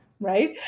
right